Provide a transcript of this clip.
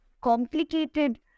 complicated